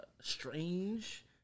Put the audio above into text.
Strange